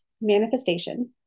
manifestation